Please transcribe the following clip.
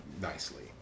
nicely